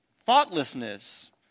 thoughtlessness